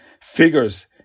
figures